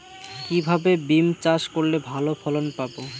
কিভাবে বিম চাষ করলে ভালো ফলন পাব?